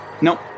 Nope